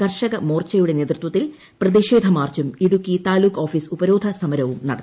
കർഷകമോർച്ചയുടെ നേതൃത്വത്തിൽ പ്രതിഷേധ മാർച്ചും ഇടുക്കി താലൂക്ക് ഓഫീസ് ഉപരോധസമരവും നടത്തി